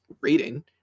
reading